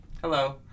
Hello